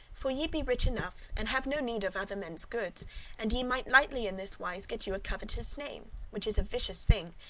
for ye be rich enough, and have no need of other men's goods and ye might lightly in this wise get you a covetous name, which is a vicious thing,